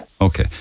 Okay